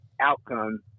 outcome